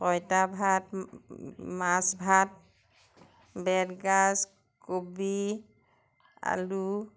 পইতা ভাত মাছ ভাত বেতগাজ কবি আলু